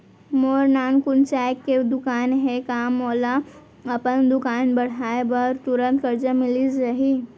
मोर नानकुन चाय के दुकान हे का मोला अपन दुकान बढ़ाये बर तुरंत करजा मिलिस जाही?